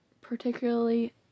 particularly